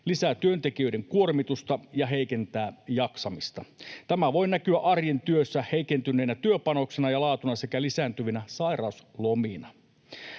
lisää työntekijöiden kuormitusta ja heikentää jaksamista. Tämä voi näkyä arjen työssä heikentyneenä työpanoksena ja laatuna sekä lisääntyvinä sairauslomina.